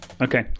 Okay